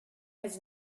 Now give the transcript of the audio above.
his